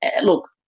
Look